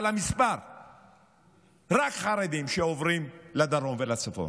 על המספר: רק חרדים שעוברים לדרום ולצפון.